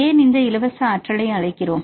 ஏன் இந்த இலவச ஆற்றலை அழைக்கிறோம்